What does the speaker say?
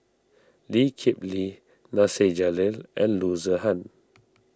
Lee Kip Lee Nasir Jalil and Loo Zihan